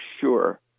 sure